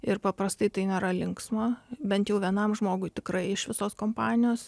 ir paprastai tai nėra linksma bent jau vienam žmogui tikrai iš visos kompanijos